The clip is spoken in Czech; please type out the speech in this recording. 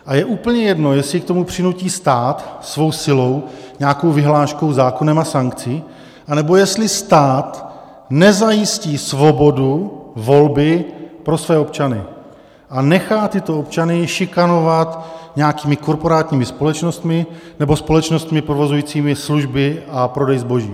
A je úplně jedno, jestli k tomu přinutí stát svou silou nějakou vyhláškou, zákonem a sankcí, anebo jestli stát nezajistí svobodu volby pro své občany a nechá tyto občany šikanovat nějakými korporátními společnostmi nebo společnostmi provozujícími služby a prodej zboží.